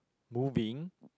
moving